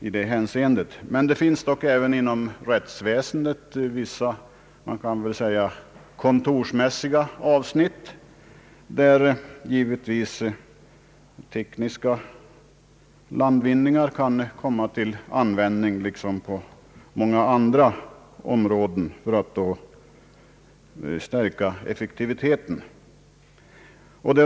Även inom rättsväsendet finns dock vissa, vad man kan kalla, kontorsmässiga avsnitt där givetvis liksom på många andra områden tekniska landvinningar kan komma till användning för att stärka effektiviteten.